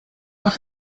what